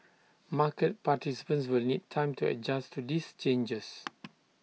market participants will need time to adjust to these changes